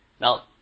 Now